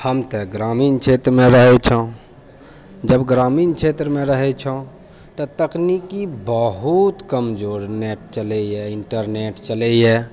हम तऽ ग्रामीण क्षेत्रमे रहै छौँ जब ग्रामीण क्षेत्रमे रहै छौँ तऽ तकनीकी बहुत कमजोर नेट चलैए इन्टरनेट चलैए